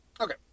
Okay